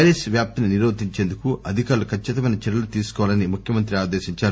virus వ్యాప్తిని నిరోధించేందుకు అధికారులు ఖచ్చితమైన చర్యలు తీసుకోవాలని ముఖ్యమంత్రి ఆదేశించారు